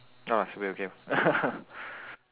ah should be okay